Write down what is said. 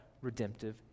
redemptive